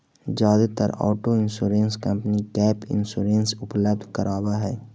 जादेतर auto insurance company gap insurance उपलब्ध करावऽ हई